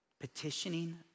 Petitioning